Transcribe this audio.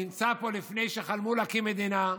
נמצא פה לפני שחלמו להקים מדינה.